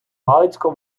галицько